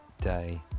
day